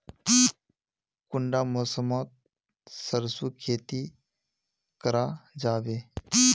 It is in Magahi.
कुंडा मौसम मोत सरसों खेती करा जाबे?